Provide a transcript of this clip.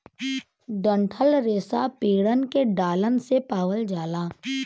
डंठल रेसा पेड़न के डालन से पावल जाला